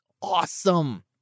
awesome